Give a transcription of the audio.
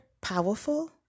powerful